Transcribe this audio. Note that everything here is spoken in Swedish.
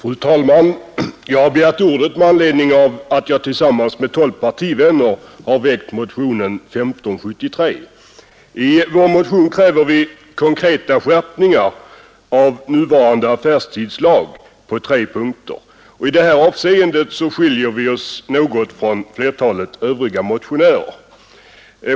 Fru talman! Jag har begärt ordet med anledning av att jag tillsammans med tolv partivänner har väckt motionen 1573. I vår motion kräver vi konkreta skärpningar av nuvarande affärstidslag på tre punkter och i det avseendet skiljer vi oss något från flertalet övriga motionärer.